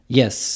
Yes